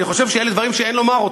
אני חושב שאלה דברים שאין לומר אותם.